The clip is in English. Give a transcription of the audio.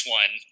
one